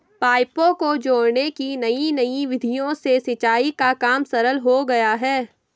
पाइपों को जोड़ने की नयी नयी विधियों से सिंचाई का काम सरल हो गया है